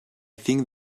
think